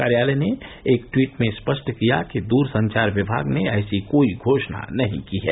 कार्यालय ने एक टवीट में स्पष्ट किया कि दूरसंचार विभाग ने ऐसी कोई घोषणा नहीं की है